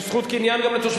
אתה לא יכול להגיד לא להשכיר,